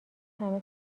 همه